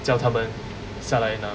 叫他们下来拿